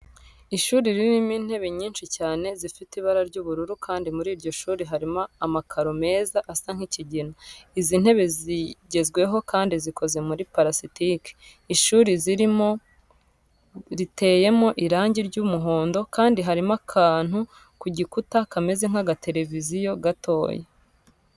Ishuri ririmo intebe nyinshi cyane zifite ibara ry'ubururu kandi muri iryo shuri harimo amakaro meza asa nk'ikigina. Izi ntebe zigezweho kandi zikoze muri parasitike. Ishuri zirimo riteyemo irangi ry'umuhondo kandi harimo akantu ku gikuta kameze nk'agateleviziyo gatoya.